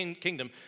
kingdom